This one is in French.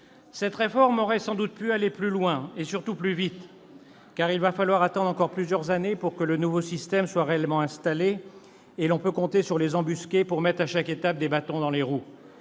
Cette réforme aurait sans doute pu aller plus loin, et surtout plus vite. Car il faudra attendre encore plusieurs années pour que le nouveau système soit réellement installé, et l'on peut compter sur les embusqués pour mettre à chaque étape des bâtons dans les roues.